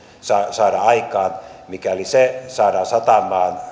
saada aikaan mikäli se saadaan satamaan riittävän kunnianhimoisella